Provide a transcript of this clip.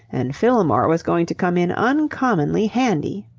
and fillmore was going to come in uncommonly handy.